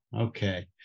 Okay